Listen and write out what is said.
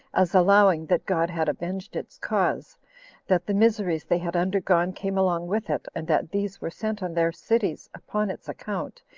as allowing that god had avenged its cause that the miseries they had undergone came along with it, and that these were sent on their cities upon its account,